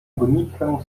gonitwę